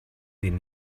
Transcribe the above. den